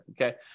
okay